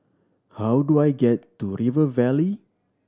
how do I get to River Valley